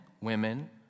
women